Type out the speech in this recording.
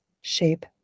Shape